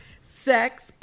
sex